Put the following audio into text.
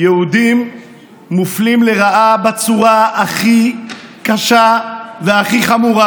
יהודים מופלים לרעה בצורה הכי קשה והכי חמורה,